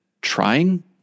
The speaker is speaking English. trying